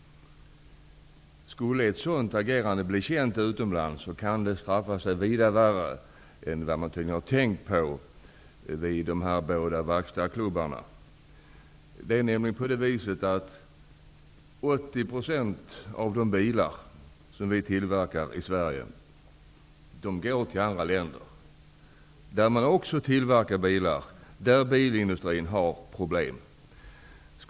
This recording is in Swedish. Om ett sådant agerande blev känt utomlands, skulle det kunna straffa sig vida värre än man i de här båda verkstadsklubbarna tydligen tänkt sig. 80 % av de bilar som tillverkas i Sverige exporteras nämligen till länder där man också tillverkar bilar och där bilindustrin har problem.